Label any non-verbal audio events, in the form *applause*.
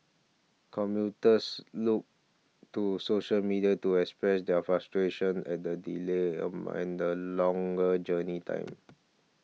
commuters look to social media to express their frustration at the delays *hesitation* and a longer journey time